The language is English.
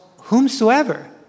whomsoever